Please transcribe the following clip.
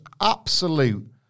absolute